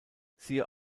siehe